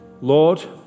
Lord